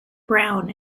brown